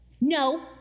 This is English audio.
No